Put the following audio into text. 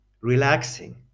relaxing